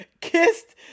kissed